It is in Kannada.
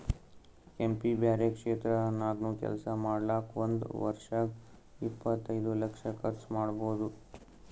ಎಂ ಪಿ ಬ್ಯಾರೆ ಕ್ಷೇತ್ರ ನಾಗ್ನು ಕೆಲ್ಸಾ ಮಾಡ್ಲಾಕ್ ಒಂದ್ ವರ್ಷಿಗ್ ಇಪ್ಪತೈದು ಲಕ್ಷ ಕರ್ಚ್ ಮಾಡ್ಬೋದ್